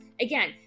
again